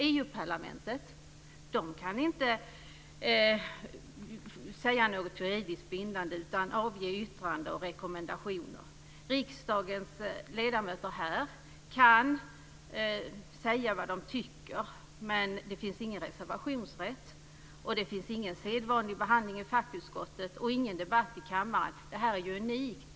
EU parlamentet kan inte säga något juridiskt bindande utan endast avge yttrande och rekommendationer. Riksdagens ledamöter kan här säga vad de tycker, men det finns ingen reservationsrätt. Det finns ingen sedvanlig behandling i fackutskottet och ingen debatt i kammaren. Detta är unikt.